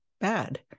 bad